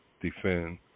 defend